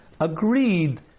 agreed